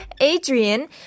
Adrian